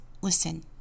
listen